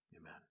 amen